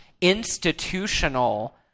institutional